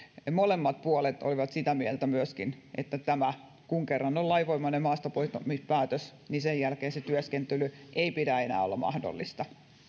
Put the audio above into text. ja molemmat puolet olivat sitä mieltä että kun kerran on lainvoimainen maastapoistamispäätös sen jälkeen sen työskentelyn ei pidä enää olla mahdollista